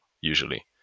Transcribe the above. usually